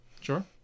Sure